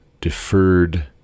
deferred